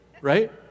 Right